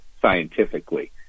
scientifically